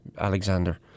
Alexander